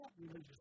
religious